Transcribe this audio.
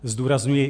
Zdůrazňuji